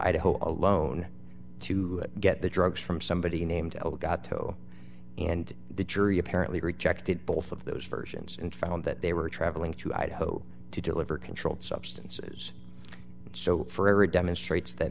idaho alone to get the drugs from somebody named el gato and the jury apparently rejected both of those versions and found that they were travelling to idaho to deliver controlled substances so for ever it demonstrates that